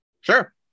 Sure